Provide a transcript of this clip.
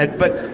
but